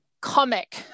comic